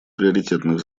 приоритетных